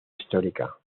histórica